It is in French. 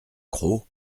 cros